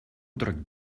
drückt